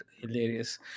hilarious